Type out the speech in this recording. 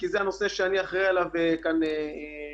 כי זה הנושא שאני אחראי עליו כאן באוצר,